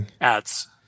ads